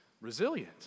resilient